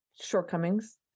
shortcomings